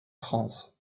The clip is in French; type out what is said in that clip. france